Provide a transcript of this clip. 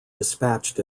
dispatched